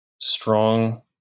strong